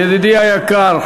אני גם ידידי היקר,